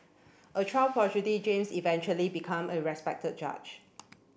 a child James eventually become a respected judge